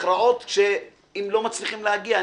הכרעות אם לא מצליחים להגיע.